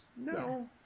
no